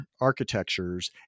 architectures